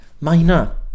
minor